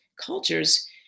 cultures